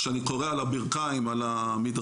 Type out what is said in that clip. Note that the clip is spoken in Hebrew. כשאני כורע על הברכיים פה על המדרכה,